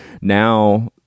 now